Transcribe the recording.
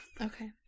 okay